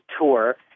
tour